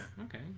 okay